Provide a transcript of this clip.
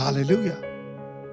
hallelujah